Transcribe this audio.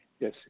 Yes